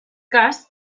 cas